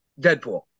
Deadpool